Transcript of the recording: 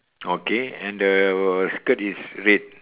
okay and the skirt is red